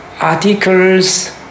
articles